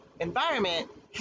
environment